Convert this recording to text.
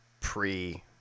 pre